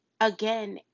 again